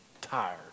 tired